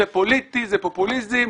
זה פוליטי, זה פופוליזם.